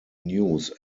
news